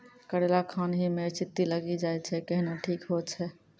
करेला खान ही मे चित्ती लागी जाए छै केहनो ठीक हो छ?